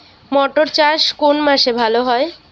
মটর চাষ কোন মাসে ভালো হয়?